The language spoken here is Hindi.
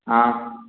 हाँ